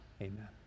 Amen